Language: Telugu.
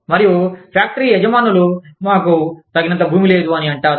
మరియు ఫ్యాక్టరీ యజమానులు మాకు తగినంత భూమి లేదు అని అంటారు